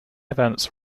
events